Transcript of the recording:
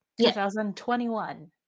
2021